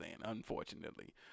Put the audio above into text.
unfortunately